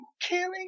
Killing